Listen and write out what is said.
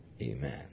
Amen